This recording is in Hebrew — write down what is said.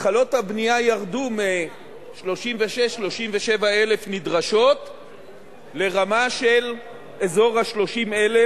התחלות הבנייה ירדו מ-36,000 37,000 נדרשות לרמה של אזור ה-30,000,